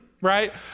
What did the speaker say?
right